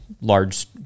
large